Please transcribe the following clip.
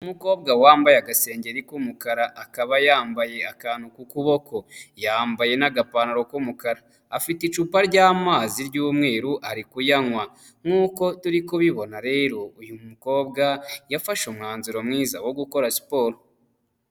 Umukobwa wambaye agasengengeri k'umukara, akaba yambaye akantu k'u kuboko, yambaye n'agapantaro k'umukara, afite icupa ry'amazi ry'umweru, ari kuyanywa nk'uko turi kubibona rero, uyu mukobwa yafashe umwanzuro mwiza wo gukora siporo.